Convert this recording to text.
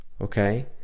okay